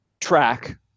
track